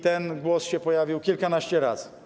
Ten głos się pojawił kilkanaście razy.